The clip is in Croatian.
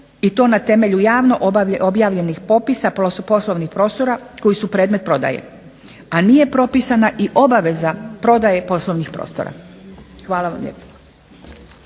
i to na temelju javno objavljenih popisa poslovnih prostora koji su predmet prodaje. A nije propisana i obaveza prodaje poslovnih prostora. Hvala vam lijepa.